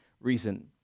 reason